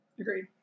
Agreed